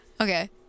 okay